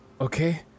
Okay